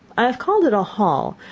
i have called it a hall,